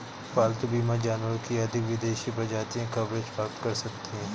पालतू बीमा जानवरों की अधिक विदेशी प्रजातियां कवरेज प्राप्त कर सकती हैं